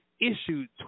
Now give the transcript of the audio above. issued